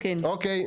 אוקיי,